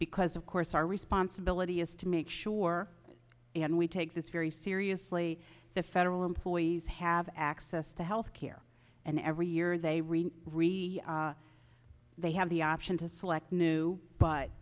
because of course our responsibility is to make sure and we take this very seriously the federal employees have access to health care and every year they re re they have the option to select new but